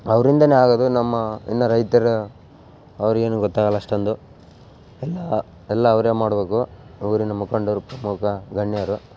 ಅವ್ರಿಂದ ಆಗೋದು ನಮ್ಮ ಇನ್ನು ರೈತರ ಅವರಿಗೇನು ಗೊತ್ತಾಗೋಲ್ಲ ಅಷ್ಟೊಂದು ಎಲ್ಲ ಎಲ್ಲ ಅವರೇ ಮಾಡ್ಬೇಕು ಊರಿನ ಮುಖಂಡರು ಪ್ರಮುಖ ಗಣ್ಯರು